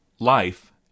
Life